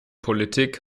politik